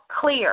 clear